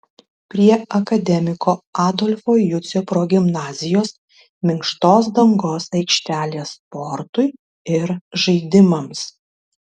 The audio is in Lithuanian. prie akademiko adolfo jucio progimnazijos minkštos dangos aikštelė sportui ir žaidimams